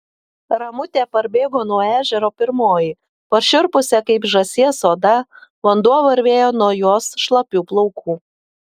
ramutė parbėgo nuo ežero pirmoji pašiurpusia kaip žąsies oda vanduo varvėjo nuo jos šlapių plaukų